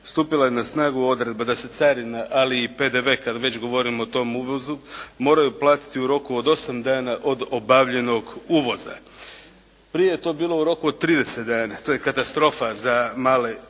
stupila je na snagu odredba da se carina ali i PDV kad već govorimo o tom uvozu moraju platiti u roku od osam dana od obavljenog uvoza. Prije je to bilo u roku od trideset dana. To je katastrofa za male uvoznike.